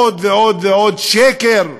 עוד ועוד ועוד שקר לעולם.